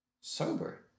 sober